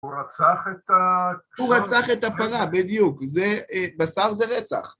‫הוא רצח את ה... ‫-הוא רצח את הפנה, בדיוק. ‫בשר זה רצח.